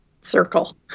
circle